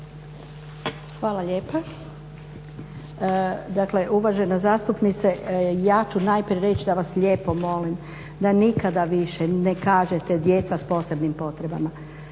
Hvala lijepa. Dakle uvažena zastupnice, ja ću najprije reći da vas lijepo molim da nikada više ne kažete djeca s posebnim potrebama.